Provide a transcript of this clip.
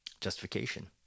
justification